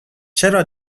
چرا